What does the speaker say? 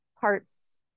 parts